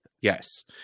Yes